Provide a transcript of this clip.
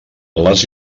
les